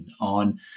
on